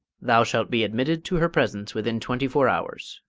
thou shalt be admitted to her presence within twenty-four hours,